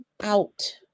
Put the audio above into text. out